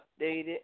updated